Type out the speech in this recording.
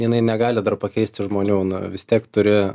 jinai negali dar pakeisti žmonių nu vis tiek turi